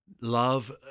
Love